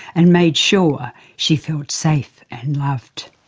and made sure she felt safe and loved.